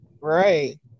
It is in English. Right